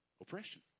Oppression